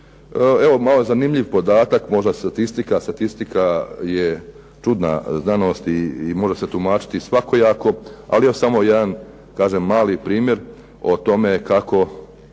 Evo malo zanimljiv podatak, možda statistika je čudna znanost i može se tumačiti svakojako, ali još samo jedan, kažem, mali primjer o tome kako